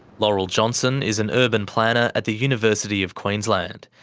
laurel johnson is an urban planner at the university of queensland.